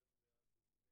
בסדר.